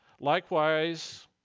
likewise